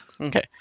okay